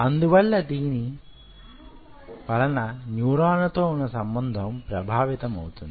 అందువల్ల దీని వలన న్యూరాన్ల తో వున్న సంబంధం ప్రభావితమౌతుంది